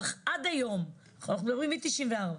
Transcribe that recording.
אך עד היום, ואנחנו מדברים מ-1994,